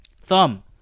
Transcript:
Thumb